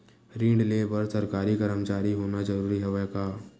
ऋण ले बर सरकारी कर्मचारी होना जरूरी हवय का?